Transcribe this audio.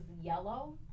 yellow